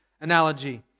analogy